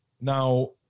Now